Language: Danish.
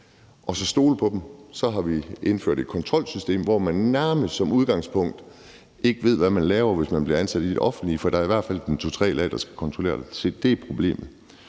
og så stole på dem, har vi indført et kontrolsystem, hvor man nærmest som udgangspunkt ikke ved, hvad man laver, hvis man bliver ansat i det offentlige. For der er i hvert fald to-tre lag, der skal kontrollere det.